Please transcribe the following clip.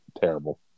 terrible